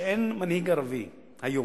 שאין מנהיג ערבי היום,